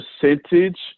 percentage